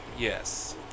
Yes